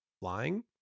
flying